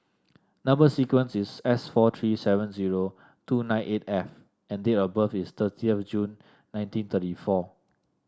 number sequence is S four three seven zero two nine eight F and date of birth is thirty of June nineteen thirty four